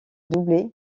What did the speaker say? doublé